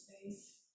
space